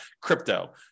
crypto